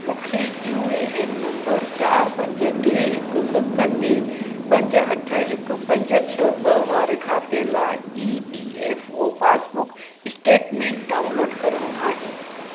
मूंखे U A N number चार पंज टे हिकु सत टे पंज अठ हिकु पंज छ्ह ॿ वारे खाते लाइ E P F O passbook statement download करिणो आहे